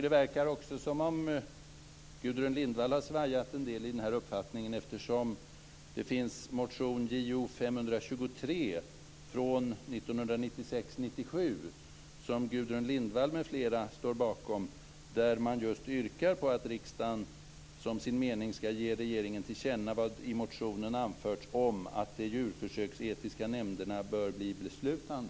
Det verkar också som att Gudrun Lindvall har svajat i frågan. I motion Jo523 från 1996/97, som Gudrun Lindvall m.fl. står bakom, yrkas på att riksdagen som sin mening skall ge regeringen till känna vad i motionen anförts om att de djurförsöksetiska nämnderna bör bli beslutande.